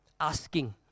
asking